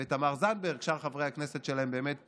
ותמר זנדברג, שאר חברי הכנסת שלהם באמת פה.